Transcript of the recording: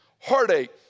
heartache